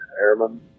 airman